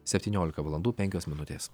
septyniolika valandų penkios minutės